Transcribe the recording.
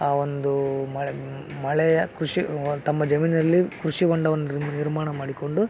ಆ ಒಂದು ಮಳೆ ಮಳೆಯ ಕೃಷಿ ತಮ್ಮ ಜಮೀನಿನಲ್ಲಿ ಕೃಷಿ ಹೊಂಡವನ್ನು ನಿರ್ ನಿರ್ಮಾಣ ಮಾಡಿಕೊಂಡು